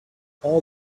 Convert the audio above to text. all